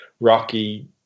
rocky